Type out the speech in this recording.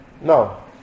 No